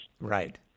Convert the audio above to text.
Right